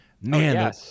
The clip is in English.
man